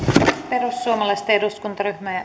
perussuomalaisten eduskuntaryhmä